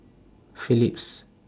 Philips